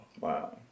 Wow